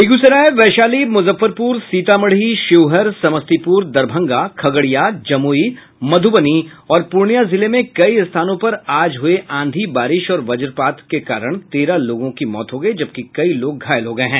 बेगूसराय वैशाली मुजफ्फरपुर सीतामढ़ी शिवहर समस्तीपुर दरभंगा खगड़िया जमुई मधुबनी और पूर्णियां जिले में कई स्थानों पर आज हुई आंधी बारिश और वजपात के कारण तेरह लोगों की मौत हो गयी जबकि कई लोग घायल हो गये हैं